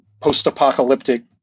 post-apocalyptic